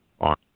On